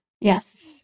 yes